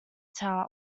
towel